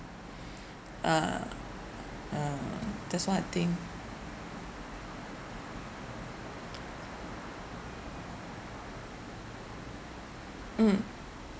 uh uh that's why I think mm